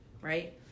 right